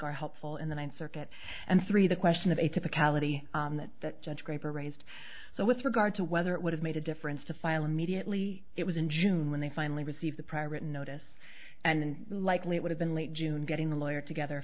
are helpful in the ninth circuit and three the question of a typicality that judge graber raised so with regard to whether it would have made a difference to file immediately it was in june when they finally received the prior written notice and likely would have been late june getting a lawyer together